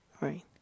Right